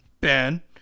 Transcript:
Ben